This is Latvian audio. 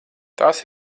tās